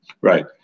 Right